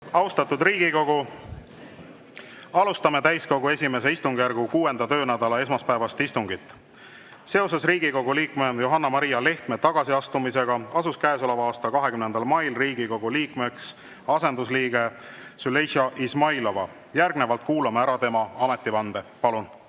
Austatud Riigikogu! Alustame täiskogu I istungjärgu 6. töönädala esmaspäevast istungit. Seoses Riigikogu liikme Johanna‑Maria Lehtme tagasiastumisega asus käesoleva aasta 20. mail Riigikogu liikmeks asendusliige Züleyxa Izmailova. Järgnevalt kuulame ära tema ametivande. Palun!